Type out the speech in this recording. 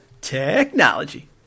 Technology